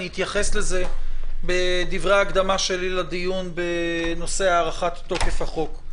אני אתייחס לזה בדברי ההקדמה שלי לדיון בנושא הארכת תוקף החוק.